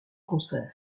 concert